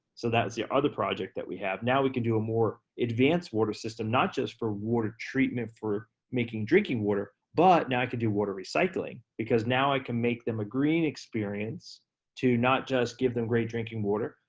so that's the other project that we have. now we can do a more advanced water system, not just for water treatment for making drinking water, but now i could do water recycling, because now i can make them a green experience to not just give them great drinking water,